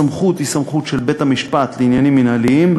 הסמכות להורות על ביטול האזרחות היא של בית-המשפט לעניינים מינהליים,